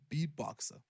beatboxer